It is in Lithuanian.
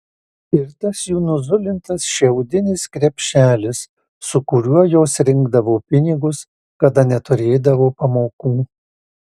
ir tas jų nuzulintas šiaudinis krepšelis su kuriuo jos rinkdavo pinigus kada neturėdavo pamokų